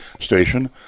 station